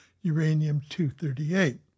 uranium-238